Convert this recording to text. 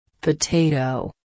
Potato